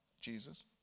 Jesus